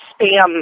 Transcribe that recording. spam